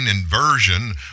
inversion